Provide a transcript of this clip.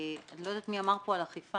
אני לא יודעת מי אמר פה על אכיפה,